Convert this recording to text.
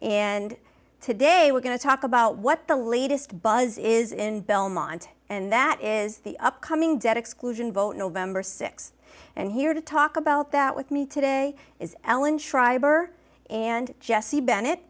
and today we're going to talk about what the latest buzz is in belmont and that is the upcoming debt exclusion vote november sixth and here to talk about that with me today is ellen schreiber and jessie b